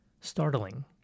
startling